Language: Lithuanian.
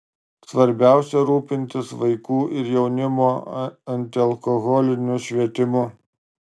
svarbiausia rūpintis vaikų ir jaunimo antialkoholiniu švietimu